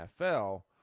NFL